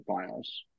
finals